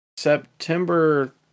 September